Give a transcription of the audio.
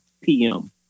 PM